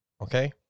Okay